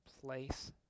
place